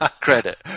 credit